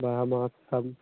Bahamas सब